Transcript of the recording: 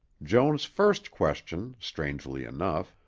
joan's first question, strangely enough,